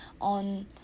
on